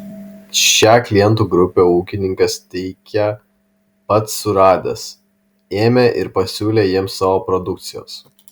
šią klientų grupę ūkininkas teigia pats suradęs ėmė ir pasiūlė jiems savo produkcijos